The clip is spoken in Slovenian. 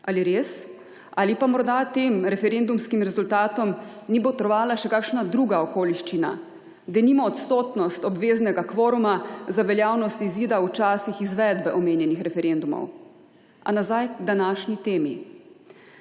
Ali je res? Ali pa morda tem referendumskim rezultatom ni botrovala še kakšna druga okoliščina, denimo odsotnost obveznega kvoruma za veljavnost izida v časih izvedbe omenjenih referendumov? A nazaj k današnji temi.